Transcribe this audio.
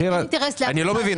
אני לא מבין,